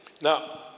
Now